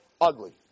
ugly